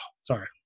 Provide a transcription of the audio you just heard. sorry